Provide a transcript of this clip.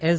S